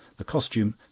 the costume,